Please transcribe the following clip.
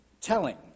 telling